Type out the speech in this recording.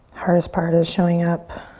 hardest part is showing up